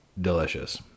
delicious